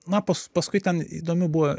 na pas paskui ten įdomių buvo